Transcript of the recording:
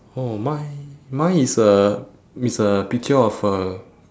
oh mine mine is a is a picture of a